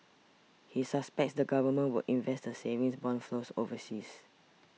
he suspects the government would invest the savings bond flows overseas